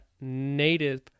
native